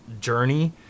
journey